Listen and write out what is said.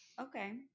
Okay